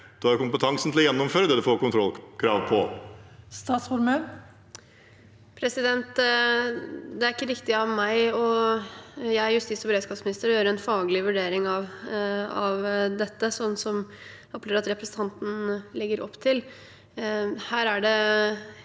En har jo kompetansen til å gjennomføre det en får kontrollkrav på. Statsråd Emilie Mehl Det er ikke riktig av meg som justis- og beredskapsminister å gjøre en faglig vurdering av dette, slik jeg opplever at representanten legger opp til.